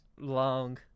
long